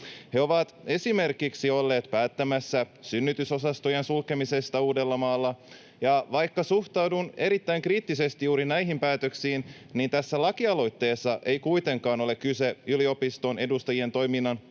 He ovat esimerkiksi olleet päättämässä synnytysosastojen sulkemisesta Uudellamaalla. Vaikka suhtaudun erittäin kriittisesti juuri näihin päätöksiin, tässä lakialoitteessa ei kuitenkaan ole kyse yliopiston edustajien toiminnan